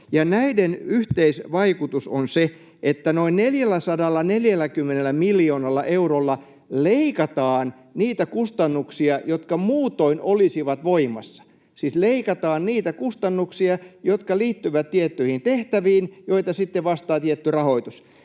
Näiden yhteisvaikutus on se, että noin 440 miljoonalla eurolla leikataan niitä kustannuksia, jotka muutoin olisivat voimassa, siis leikataan niitä kustannuksia, jotka liittyvät tiettyihin tehtäviin, joita sitten vastaa tietty rahoitus.